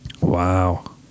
Wow